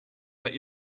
but